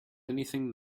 anything